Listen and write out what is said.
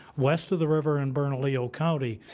west of the river in bernalillo county,